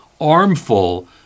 armful